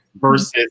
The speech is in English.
versus